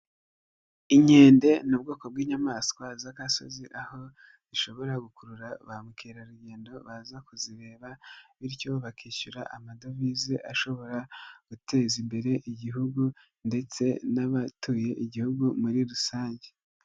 Inkende ni ubwoko bw'inyamaswa z'agasozi, aho zishobora gukurura ba mukerarugendo baza kuzireba, bityo bakishyura amadovize ashobora guteza imbere igihugu, ndetse n'abatuye b'igihugu muri rusange.